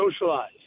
socialize